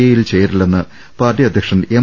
എയിൽ ചേരില്ലെന്ന് പാർട്ടി അധ്യക്ഷൻ എൻ